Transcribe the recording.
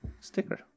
sticker